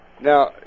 Now